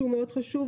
שהוא מאוד חשוב,